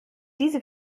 diese